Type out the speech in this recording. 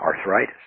arthritis